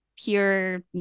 pure